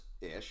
Ish